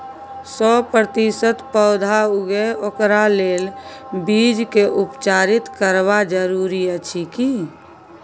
सौ प्रतिसत पौधा उगे ओकरा लेल बीज के उपचारित करबा जरूरी अछि की?